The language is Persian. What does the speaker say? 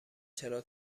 چرا